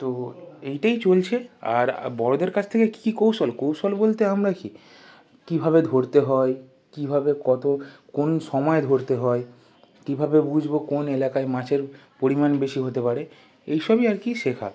তো এইটাই চলছে আর বড়দের কাছ থেকে কী কী কৌশল কৌশল বলতে আমরা কী কী ভাবে ধরতে হয় কীভাবে কত কোন সময় ধরতে হয় কীভাবে বুঝব কোন এলাকায় মাছের পরিমাণ বেশি হতে পারে এই সবই আর কি শেখা